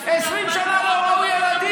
אלה שהתגייסו מ-2004, 20 שנה לא ראו ילדים.